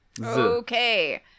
Okay